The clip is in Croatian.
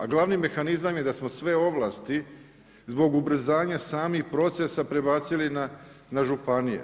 A glavni mehanizam je da smo sve ovlasti zbog ubrzanja samih procesa prebacili na županije.